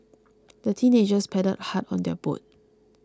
the teenagers paddled hard on their boat